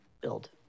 build